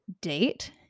date